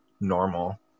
normal